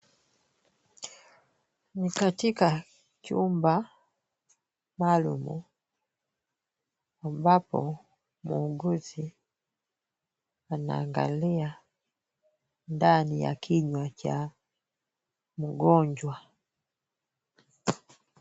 Ni katika chumba maalumu ambapo muuguzi anaangalia ndani ya kinywa cha mgonjwa.